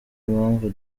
impamvu